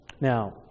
Now